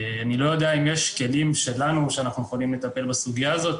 אני לא יודע אם יש כלים שלנו שאנחנו יכולים לטפל בסוגיה הזאת